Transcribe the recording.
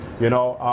you know,